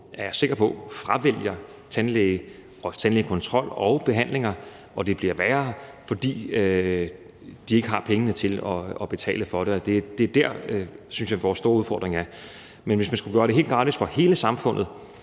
jeg sikker på, fravælger tandlæge og tandlægekontrol og -behandlinger, og det bliver værre, fordi de ikke har pengene til at betale for det. Det er der, synes jeg, vores store udfordring er. Men hvis man skulle gøre det helt gratis for hele samfundet,